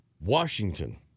Washington